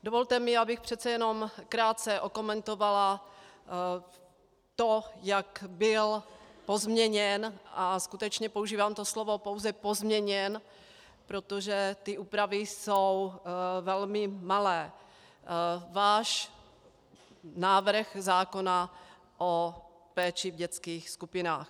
Dovolte mi, abych přece jenom krátce okomentovala to, jak byl pozměněn a skutečně používám to slovo pouze pozměněn, protože ty úpravy jsou velmi malé váš návrh o péči v dětských skupinách.